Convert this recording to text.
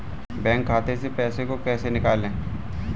Bank खाते से पैसे को कैसे निकालें?